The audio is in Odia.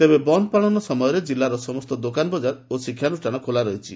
ତେବେ ବନ୍ଦ ପାଳନ ସମୟରେ ଜିଲ୍ଲାର ସମସ୍ତ ଦୋକାନବଜାର ଓ ଶିକ୍ଷାନ୍ଷ୍ଷାନ ଖୋଲା ରହିଛି